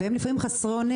צריך לעשות משהו כי הגיע זמן